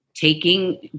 taking